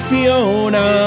Fiona